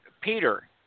Peter